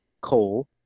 coal